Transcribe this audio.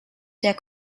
der